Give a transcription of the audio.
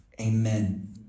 amen